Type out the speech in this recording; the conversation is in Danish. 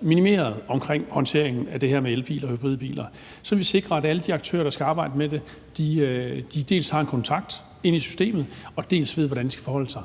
minimeret i forbindelse med håndteringen af det her med elbiler og hybridbiler, og så vi sikrer, at alle de aktører, som skal arbejde med det, dels har en kontakt inde i systemet, dels ved, hvordan de skal forholde sig?